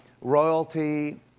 royalty